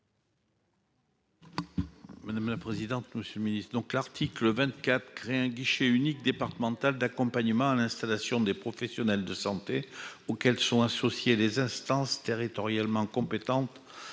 l'amendement n° 277 rectifié. L'article 24 crée un guichet unique départemental d'accompagnement à l'installation des professionnels de santé, auquel sont associées les instances territorialement compétentes